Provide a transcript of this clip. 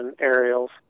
aerials